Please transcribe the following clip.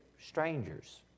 strangers